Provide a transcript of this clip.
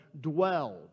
dwelled